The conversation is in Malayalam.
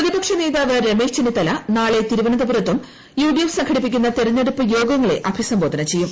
പ്രതിപക്ഷ നേതാവ് രമേശ് ചെന്നിത്തല നാളെ തിരുവനന്തപുരത്തും യുഡിഎഫ് സംഘടിപ്പിക്കുന്ന ത്തെർ അഭിസംബോധന ചെയ്യും